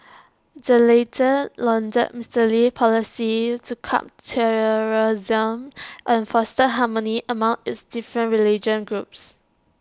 the latter lauded Mister Lee's policies to curb terrorism and foster harmony among its different religious groups